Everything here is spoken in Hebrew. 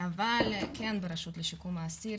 אבל כן ברשות לשיקום האסיר,